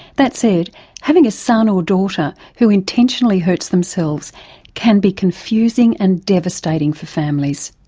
that said having a son or daughter who intentionally hurts themselves can be confusing and devastating for families.